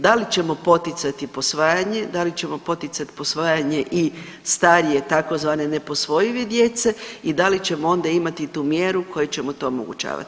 Da li ćemo poticati posvajanje, da li ćemo poticati posvajanje i starije tzv. neposvojive djece i da li ćemo onda imati tu mjeru koja će nam to omogućavat?